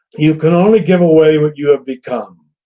you can only give away what you have become.